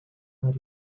are